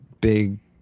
big